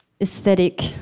aesthetic